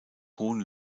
hohen